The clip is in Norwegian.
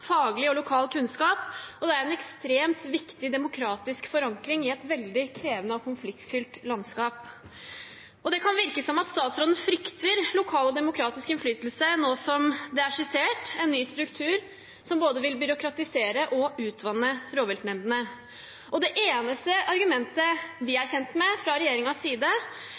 faglig og lokal kunnskap, og det er en ekstremt viktig demokratisk forankring i et veldig krevende og konfliktfylt landskap. Det kan virke som at statsråden frykter lokal og demokratisk innflytelse nå som det er skissert en ny struktur som vil både byråkratisere og utvanne rovviltnemndene. Det eneste argumentet fra regjeringens side som vi er kjent med,